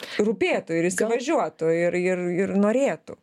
rūpėtų ir įsivažiuotų ir ir norėtų